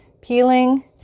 Peeling